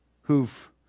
who've